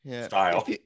style